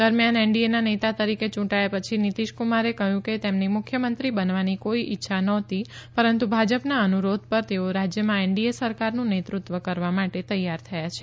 દરમિયાન એનડીએના નેતા તરીકે યું ાયા પછી નીતીશ કુમારે કહ્યું કે તેમની મુખ્યમંત્રી બનવાની કોઇ ઇચ્છા નહોતી પરંતુ ભાજપના અનુરોધ પર તેઓ રાજયમાં એનડીએ સરકારનું નેતૃત્વ કરવા માતે તૈયાર થયા છે